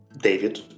David